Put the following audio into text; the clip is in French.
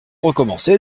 recommencer